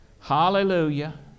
Hallelujah